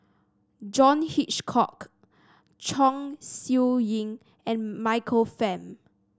John Hitchcock Chong Siew Ying and Michael Fam